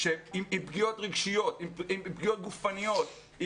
עם פגיעות רגשיות, עם פגיעות גופניות.